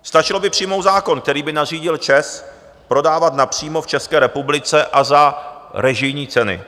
Stačilo by přijmout zákon, který by nařídil ČEZ prodávat napřímo v České republice a za režijní ceny.